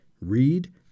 read